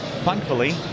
Thankfully